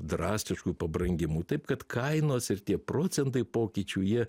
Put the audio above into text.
drastiškų pabrangimų taip kad kainos ir tie procentai pokyčių jie